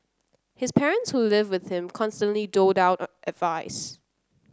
his parents who live with him constantly doled out advice